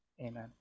amen